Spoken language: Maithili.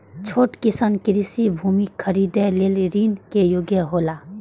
छोट किसान कृषि भूमि खरीदे लेल ऋण के योग्य हौला?